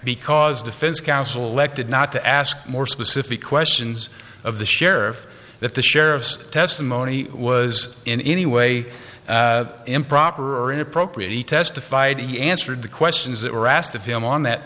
because defense counsel elected not to ask more specific questions of the sheriff that the sheriff's testimony was in any way improper or inappropriate he testified he answered the questions that were asked of him on that